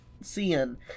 seeing